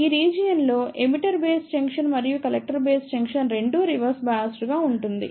ఈ రీజియన్ లో emitter base junction మరియు కలెక్టర్ బేస్ జంక్షన్ రెండూ రివర్స్ బయాస్డ్ గా ఉంటుంది